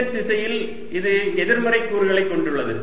z திசையில் இது எதிர்மறை கூறுகளைக் கொண்டுள்ளது